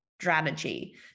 strategy